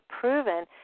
proven